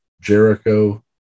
Jericho